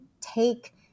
take